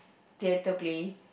theatre place